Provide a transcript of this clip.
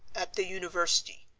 at the university,